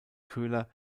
köhler